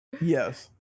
Yes